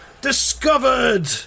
discovered